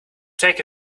take